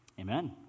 Amen